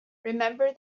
remember